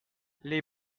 les